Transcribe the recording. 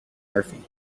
murphy